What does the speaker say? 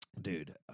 Dude